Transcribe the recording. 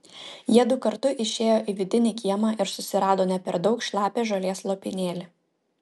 jiedu kartu išėjo į vidinį kiemą ir susirado ne per daug šlapią žolės lopinėlį